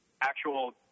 actual